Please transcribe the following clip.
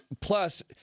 plus